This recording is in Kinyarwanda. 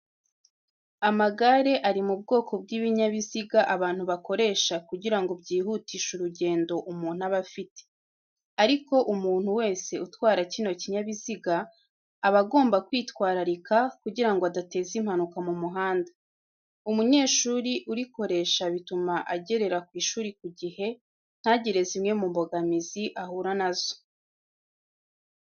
Amagare ari mu bwoko bw'ibinyabiziga abantu bakoresha kugira ngo byihutishe urugendo umuntu aba afite. Ariko umuntu wese utwara kino kinyabiziga aba agomba kwitwararika kugira ngo adateza impanuka mu muhanda. Umunyeshuri urikoresha bituma agerera ku ishuri ku gihe ntagire zimwe mu mbogamizi ahura na zo.